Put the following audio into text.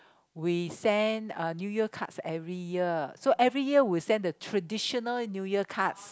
we send a New Year cards every year so every year we send the traditional New Year cards